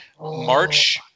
March